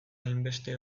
hainbeste